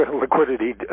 liquidity